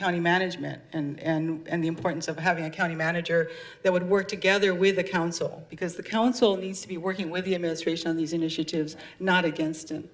county management and the importance of having a county manager that would work together with the council because the council needs to be working with the administration on these initiatives not against